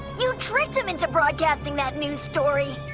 you tricked em into broadcasting that news story.